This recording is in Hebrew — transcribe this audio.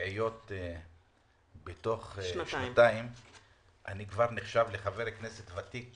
רביעיות בתוך שנתיים אני כבר נחשב לחבר כנסת ותיק